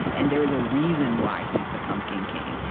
and there is a reason why he's the pumpkin king.